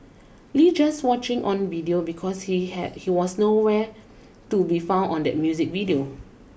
Lee just watching on because he heard he was no where to be found on that music video